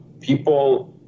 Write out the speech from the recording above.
people